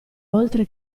oltre